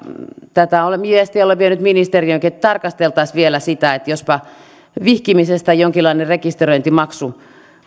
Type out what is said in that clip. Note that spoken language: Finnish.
tätä viestiä olen vienyt ministeriöönkin että tarkasteltaisiin vielä sitä että jospa vihkimisestä jonkinlainen rekisteröintimaksu